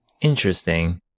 Interesting